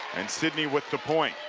and sidney with the point